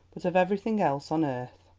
but of everything else on earth.